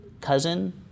cousin